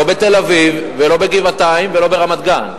לא בתל-אביב ולא בגבעתיים ולא ברמת-גן,